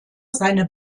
seine